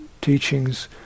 teachings